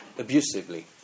Abusively